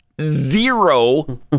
zero